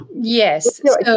Yes